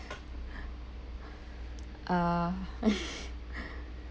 uh